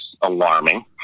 alarming